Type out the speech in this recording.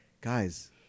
guys